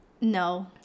No